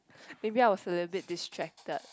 maybe I was a little bit distracted